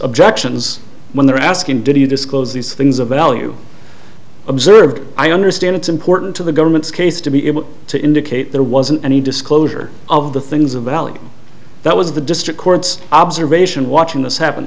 objections when they're asking do you disclose these things of value observed i understand it's important to the government's case to be able to indicate there wasn't any disclosure of the things of value that was the district court's observation watching this happen